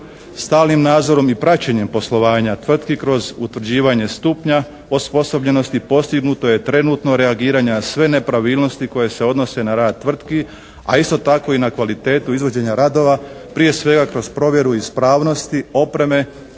Stalnim nadzorom i praćenjem poslovanja tvrtki kroz utvrđivanje stupnja osposobljenosti postignuto je trenutno reagiranje na sve nepravilnosti koje se odnose na rad tvrtki, a isto tako i na kvalitetu izvođenja radova prije svega kroz provjeru ispravnosti opreme